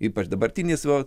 ypač dabartinis va